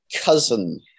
cousin